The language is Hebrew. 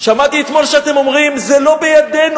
שמעתי אתמול שאתם אומרים: זה לא בידינו,